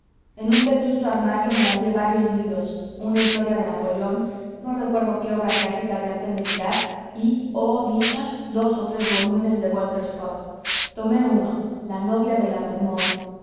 en un vetusto armario me hallé varios libros una historia de napoleón no recuerdo qué obra clásica de arte militar y oh dicha dos o tres volúmenes de walter scott tomé uno la novia de